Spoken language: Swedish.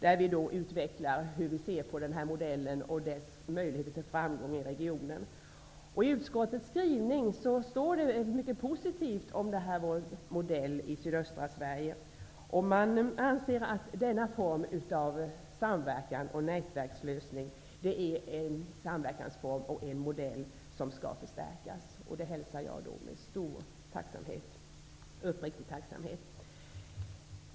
I motionen utvecklar vi hur vi ser på denna modell och dess möjligheter till framgång i regionen. I utskottets skrivning finns många positiva omdömen om vår modell i sydöstra Sverige, och man anser att denna form av samverkan och nätverkslösning är en samverkansform och en modell som skall förstärkas, vilket jag hälsar med stor och uppriktig tacksamhet.